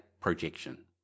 projection